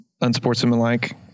unsportsmanlike